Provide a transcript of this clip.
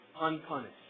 unpunished